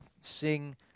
sing